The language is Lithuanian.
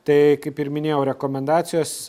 tai kaip ir minėjau rekomendacijos